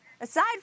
aside